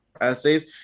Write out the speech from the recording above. essays